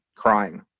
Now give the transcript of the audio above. crying